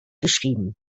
geschrieben